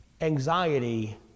Anxiety